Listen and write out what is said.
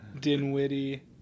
Dinwiddie